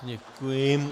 Děkuji.